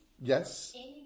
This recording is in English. Yes